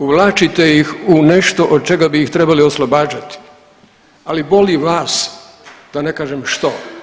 Uvlačite ih u nešto od čega bi ih trebali oslobađati, ali boli vas da ne kažem što.